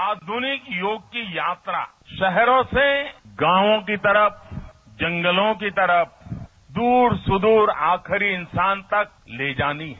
आधुनिक योग की यात्रा शहरों से गांवों की तरफ जंगलों की तरफ दूर सुदूर आखिरी इंसान तक ले जानी है